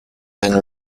then